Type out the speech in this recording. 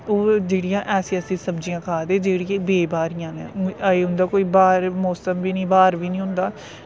ओह् जेह्ड़ियां ऐसी ऐसी सब्जियां खा दे जेह्ड़ियां बे ब्हारियां नै अजें उंदा कोई ब्हार मौसम बी निं ब्हार बी निं होंदा